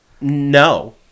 No